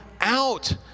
out